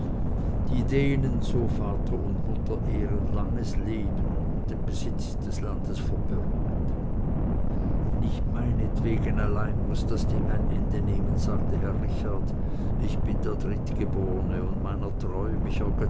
die denen so vater und mutter ehren langes leben und den besitz des landes verbürgt nicht meinetwegen allein muß das ding ein ende nehmen sagte herr richard ich bin der drittgeborne und meiner treu